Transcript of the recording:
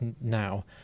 now